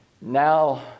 Now